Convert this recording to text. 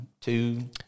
two